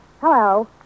Hello